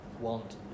want